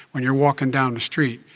when you're walking down the street,